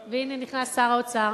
והנה, נכנס שר האוצר.